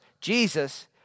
Jesus